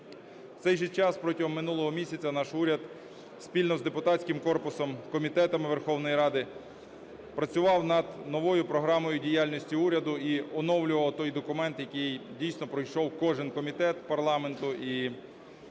В цей же час, протягом минулого місяця наш уряд спільно з депутатським корпусом, з комітетами Верховної Ради працював над новою програмою діяльності уряду і оновлював той документ, який дійсно пройшов кожен комітет парламенту, і сьогодні ми